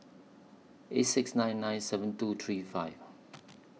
eight six nine nine seven two three five